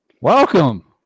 Welcome